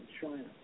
China